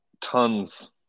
tons